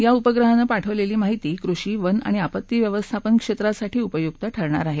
या उपग्रहानं पाठवलेली माहिती कृषी वन आणि आपत्तीव्यवस्थापन क्षेत्रासाठी उपयुक्त ठरणार आहे